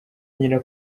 nyina